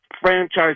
franchise